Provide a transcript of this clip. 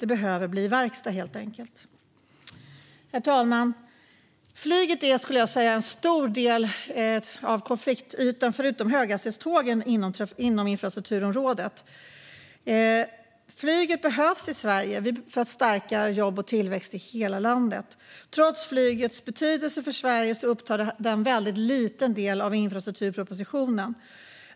Det behöver bli verkstad, helt enkelt. Herr talman! Flyget svarar, utöver höghastighetstågen, för en stor del av konfliktytan inom infrastrukturområdet. Flyget behövs i Sverige för att stärka jobb och tillväxt i hela landet. Trots flygets betydelse för Sverige upptar det en väldigt liten del av infrastrukturpropositionen.